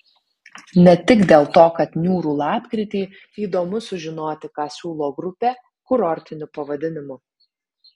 ne tik dėl to kad niūrų lapkritį įdomu sužinoti ką siūlo grupė kurortiniu pavadinimu